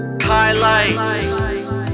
Highlights